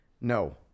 no